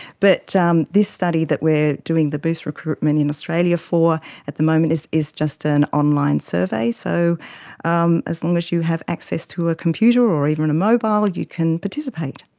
but um this study that we are doing the boost recruitment in australia for at the moment is is just an online survey. so um as long as you have access to a computer or even a mobile you can participate.